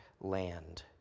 land